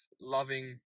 loving